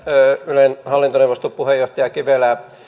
ylen hallintoneuvoston puheenjohtaja kivelää